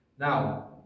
Now